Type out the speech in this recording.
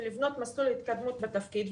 ולבנות מסלול התקדמות בתפקיד.